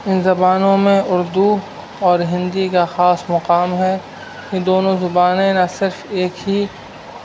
ان زبانوں میں اردو اور ہندی کا خاص مقام ہے یہ دونوں زبانیں نہ صرف ایک ہی